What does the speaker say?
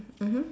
mmhmm